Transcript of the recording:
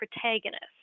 protagonist